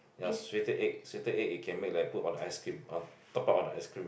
ya sweater egg sweater egg it can make like put on the ice cream on top up on the ice cream